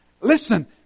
listen